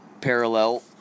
parallel